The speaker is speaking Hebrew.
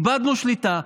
איבדנו שליטה.